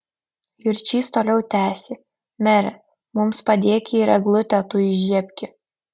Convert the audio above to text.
jurčys toliau tęsė mere mums padėki ir eglutę tu įžiebki